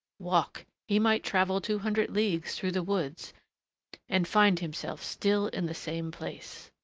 walk he might travel two hundred leagues through the woods and find himself still in the same place.